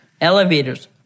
elevators